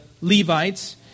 Levites